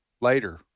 later